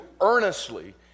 earnestly